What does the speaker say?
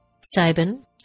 Sabin